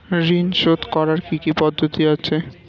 ঋন শোধ করার কি কি পদ্ধতি আছে?